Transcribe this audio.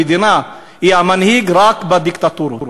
המדינה היא המנהיג רק בדיקטטורות.